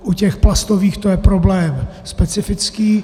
U těch plastových to je problém specifický.